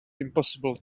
impossible